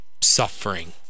suffering